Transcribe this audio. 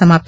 समाप्त